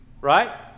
Right